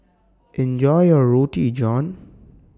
Enjoy your Roti John